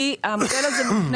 כי המודל הזה מובנה.